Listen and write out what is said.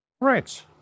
Right